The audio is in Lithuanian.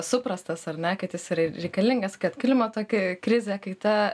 suprastas ar ne kad jis rei reikalingas kad klimato kai krizė kaita